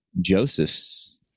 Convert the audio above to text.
Josephs